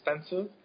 expensive